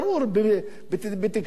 בתקשורת,